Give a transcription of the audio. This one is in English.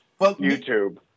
YouTube